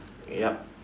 yup